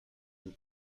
vos